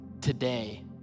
today